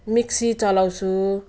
mixie चलाउँछु